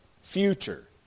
future